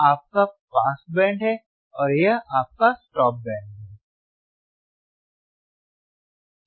यह आपका pass band है और यह आपका स्टॉप बैंड है